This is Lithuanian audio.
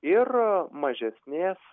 ir mažesnės